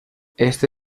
éste